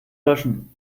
löschen